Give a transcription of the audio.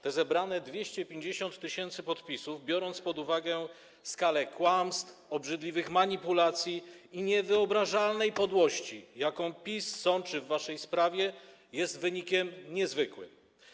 Te zebrane 250 tys. podpisów, biorąc pod uwagę skalę kłamstw, obrzydliwych manipulacji i niewyobrażalnej podłości, jaką PiS sączy w waszej sprawie, jest wynikiem niezwykłym.